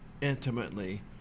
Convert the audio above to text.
intimately